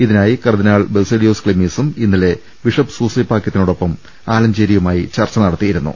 ഇതി നായി കർദ്ദിനാൾ ബസേലിയോസ് ക്ലിമിസും ഇന്നലെ ബിഷപ് സൂസെപാകൃത്തിനൊപ്പം ആലഞ്ചേരിയുമായി ചർച്ച നടത്തിയിരുന്നു